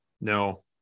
No